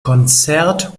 konzert